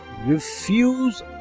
Refuse